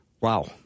Wow